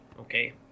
okay